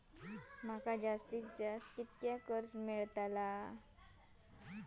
माका जास्तीत जास्त कितक्या कर्ज मेलाक शकता?